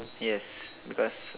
yes because